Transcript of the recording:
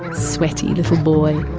sweaty little boy,